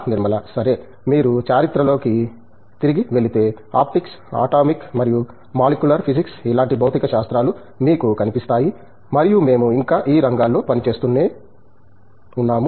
నిర్మలా సరే మీరు చరిత్ర లోకి తిరిగి వెళితే ఆప్టిక్స్ అటామిక్ మరియు మాలిక్యులర్ ఫిజిక్స్ ఇలాంటి భౌతికశాస్త్రాలు మీకు కనిపిస్థాయి మరియు మేము ఇంకా ఈ రంగాల్లో పని చేస్తూనే ఉన్నాము